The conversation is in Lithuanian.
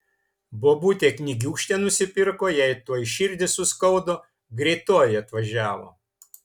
bobutė knygiūkštę nusipirko jai tuoj širdį suskaudo greitoji atvažiavo